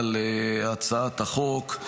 על הצעת החוק.